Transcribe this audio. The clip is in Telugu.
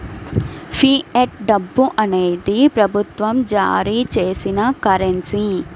ఫియట్ డబ్బు అనేది ప్రభుత్వం జారీ చేసిన కరెన్సీ